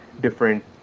different